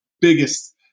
biggest